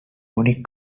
unique